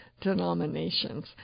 denominations